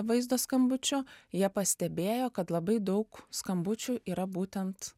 vaizdo skambučiu jie pastebėjo kad labai daug skambučių yra būtent